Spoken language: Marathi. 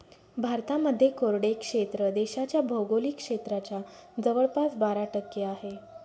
भारतामध्ये कोरडे क्षेत्र देशाच्या भौगोलिक क्षेत्राच्या जवळपास बारा टक्के आहे